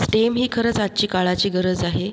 stem ही खरंच आजची काळाची गरज आहे